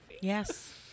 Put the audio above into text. Yes